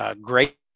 great